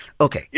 Okay